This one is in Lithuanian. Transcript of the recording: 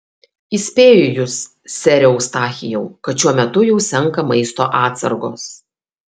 įspėju jus sere eustachijau kad šiuo metu jau senka maisto atsargos